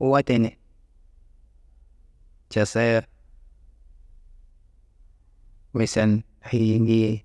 Wote ni casayia misan ayingiye.